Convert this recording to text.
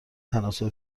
تناسب